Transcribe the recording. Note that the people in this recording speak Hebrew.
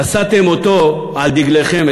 נשאתם אותו על דגלכם,